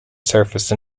surface